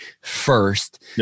first